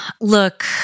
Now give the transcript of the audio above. look